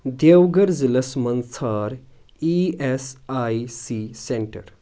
دِیوگھر ضلعس مَنٛز ژھانڈ E S I C centre